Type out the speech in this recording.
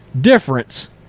difference